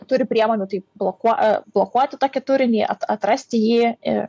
turi priemonių tai blokuo blokuoti tokį turinį atrasti jį ir